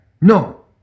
no